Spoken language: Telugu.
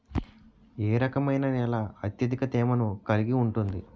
ఏ రకమైన నేల అత్యధిక తేమను కలిగి ఉంటుంది?